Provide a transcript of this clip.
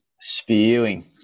spewing